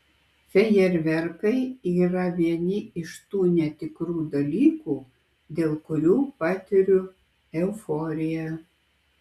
fejerverkai yra vieni iš tų netikrų dalykų dėl kurių patiriu euforiją